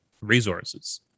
resources